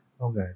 Okay